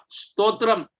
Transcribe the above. stotram